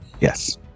yes